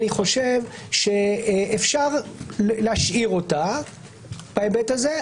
אפשר להשאיר אותה בהיבט הזה,